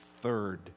third